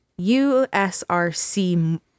USRC